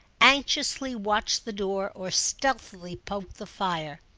anxiously watched the door or stealthily poked the fire.